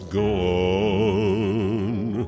gone